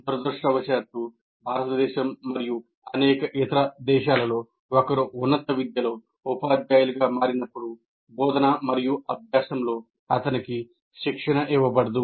దురదృష్టవశాత్తు భారతదేశం మరియు అనేక ఇతర దేశాలలో ఒకరు ఉన్నత విద్యలో ఉపాధ్యాయులుగా మారినప్పుడు బోధన మరియు అభ్యాసంలో అతనికి శిక్షణ ఇవ్వబడదు